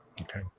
Okay